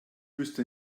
wüsste